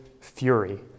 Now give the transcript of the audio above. fury